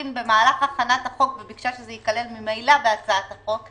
במהלך הכנת החוק וביקשה שזה ייכלל ממילא בהצעת החוק,